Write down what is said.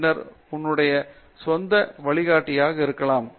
பின்னர் உன்னுடைய சொந்த வழிகாட்டியாக இருக்கலாம்